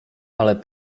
ale